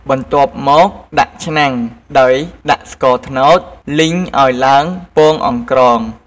បន្ទាប់មកដាក់ឆ្នាំង ដោយដាក់ស្ករត្នោតលីងឱ្យឡើងពងអង្ក្រង។